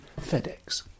FedEx